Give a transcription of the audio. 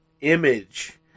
image